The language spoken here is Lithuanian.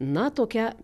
na tokia